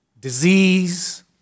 disease